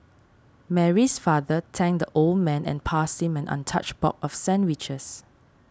Mary's father thanked the old man and passed him an untouched box of sandwiches